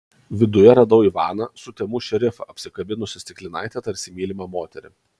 viduje radau ivaną sutemų šerifą apsikabinusį stiklinaitę tarsi mylimą moterį